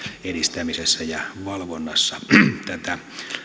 edistämisessä ja valvonnassa tätä